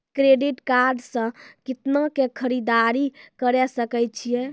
Credit card से कितना के खरीददारी करे सकय छियै?